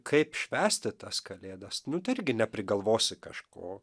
kaip švęsti tas kalėdas nu tai irgi neprigalvosi kažko